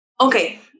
Okay